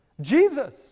Jesus